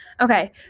Okay